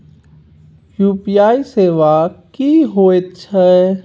UPI सेवा की होयत छै?